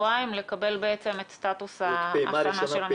שבועיים לקבל את סטטוס ההכנה של המתווה.